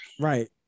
Right